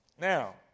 Now